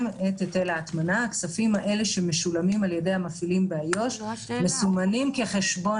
המטרות של חשבון היטל ההטמנה של איו"ש הן רחבות יותר מאשר החשבון